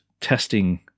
testing